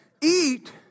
eat